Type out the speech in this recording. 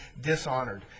dishonored